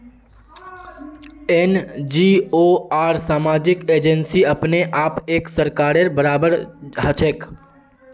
NGO आर सामाजिक agency अपने आप एक सरकारेर बराबर हछेक